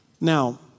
Now